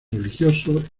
religiosos